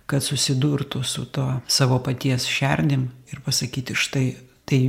kad susidurtų su tuo savo paties šerdim ir pasakyti štai tai